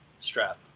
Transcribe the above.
strap